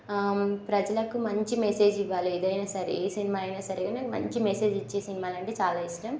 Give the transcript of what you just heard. ప్రజలకు మంచి మెసేజ్ ఇవ్వాలి ఏదైనా సరే ఏ సినిమా అయినా సరే కానీ అది మంచి మెసేజ్ ఇచ్చే సినిమాలంటే చాలా ఇష్టం